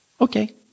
Okay